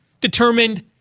determined